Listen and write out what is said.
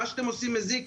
מה שאתם עושים מזיק.